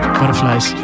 butterflies